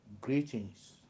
Greetings